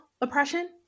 oppression